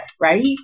right